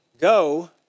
go